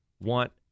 want